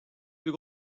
plus